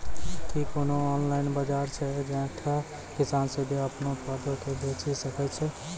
कि कोनो ऑनलाइन बजार छै जैठां किसान सीधे अपनो उत्पादो के बेची सकै छै?